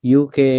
uk